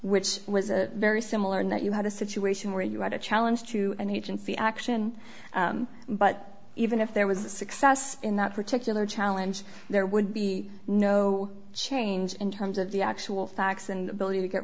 which was a very similar in that you had a situation where you had a challenge to and he didn't see action but even if there was a success in that particular challenge there would be no change in terms of the actual facts and ability to get